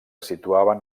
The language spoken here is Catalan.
situaven